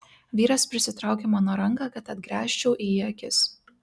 vyras prisitraukė mano ranką kad atgręžčiau į jį ir akis